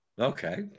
Okay